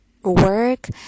work